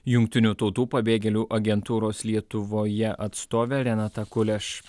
jungtinių tautų pabėgėlių agentūros lietuvoje atstovė renata kuleš